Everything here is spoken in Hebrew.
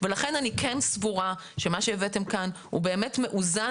לכן אני כן סבורה שמה שהבאתם כאן הוא באמת מאוזן